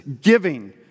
giving